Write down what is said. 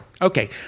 Okay